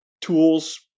tools